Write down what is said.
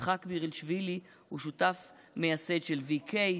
יצחק מירילשווילי הוא שותף מייסד של VK,